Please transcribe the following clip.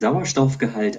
sauerstoffgehalt